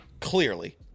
clearly